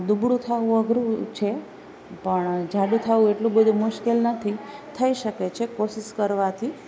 દુબળું થવું અઘરું છે પણ જાડું થવું એટલું બધું મુશ્કેલ નથી થઈ શકે છે કોશિશ કરવાંથી